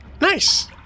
Nice